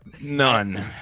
none